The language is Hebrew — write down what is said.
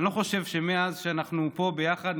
אני לא חושב שמאז שאנחנו פה ביחד,